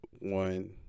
one